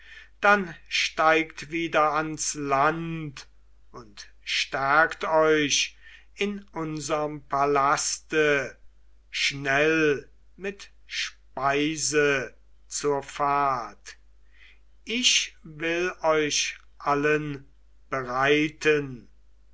dann steigt wieder ans land und stärkt euch in unserm palaste schnell mit speise zur fahrt ich will euch allen bereiten